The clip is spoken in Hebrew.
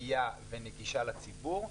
נקייה ונגישה לציבור,